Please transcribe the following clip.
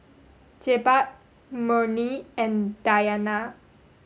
Jebat Murni and Dayana